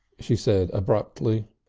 she said abruptly.